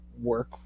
work